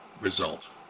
result